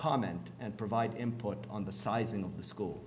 comment and provide input on the size of the school